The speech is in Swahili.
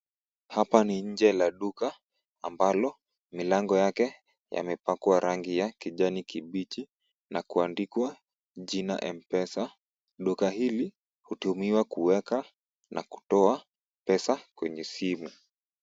Hapa ni nje la duka ambalo milango yake yamepakwa rangi ya kijani kibichi na kuandikwa jina M-Pesa. Duka hili hutumiwa kuweka na kutoa pesa kwenye simu.